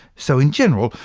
so in general,